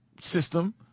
system